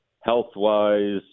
health-wise